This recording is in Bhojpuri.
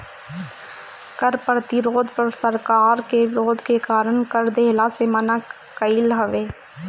कर प्रतिरोध सरकार के विरोध के कारण कर देहला से मना कईल हवे